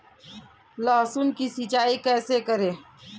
लहसुन की सिंचाई कैसे करें?